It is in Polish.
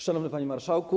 Szanowny Panie Marszałku!